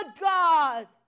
God